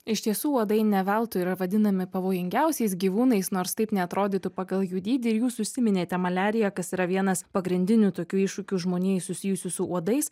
iš tiesų uodai ne veltui yra vadinami pavojingiausiais gyvūnais nors taip neatrodytų pagal jų dydį ir jūs užsiminėte maliarija kas yra vienas pagrindinių tokių iššūkių žmonijai susijusių su uodais